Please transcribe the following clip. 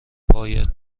باید